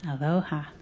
Aloha